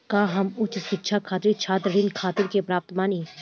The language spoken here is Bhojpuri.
का हम अपन उच्च शिक्षा खातिर छात्र ऋण खातिर के पात्र बानी?